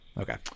Okay